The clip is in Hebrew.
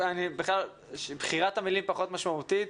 בחירת המילים פחות משמעותית,